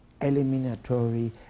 eliminatory